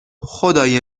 خدای